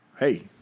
Hey